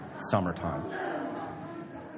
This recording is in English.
Summertime